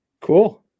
cool